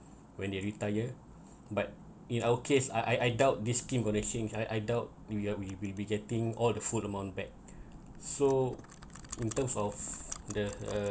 when they retire but in our case I I I doubt this scheme connect scheme I I doubt new year we be be getting all the full amount back so in terms of the uh